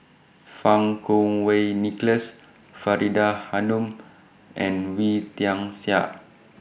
Fang Kuo Wei Nicholas Faridah Hanum and Wee Tian Siak